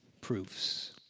proofs